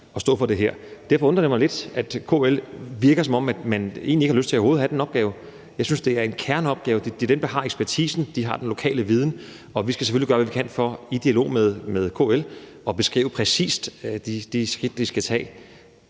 at stå for det her. Derfor undrer det mig lidt, at det på KL virker, som om man egentlig overhovedet ikke har lyst til at have den opgave. Jeg synes, at det er en kerneopgave. Det er dem, der har ekspertisen. De har den lokale viden. Og vi skal selvfølgelig gøre, hvad vi kan for – i dialog med KL – at beskrive præcis de skridt, de skal tage.